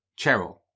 Cheryl